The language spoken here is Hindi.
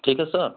ठीक है सर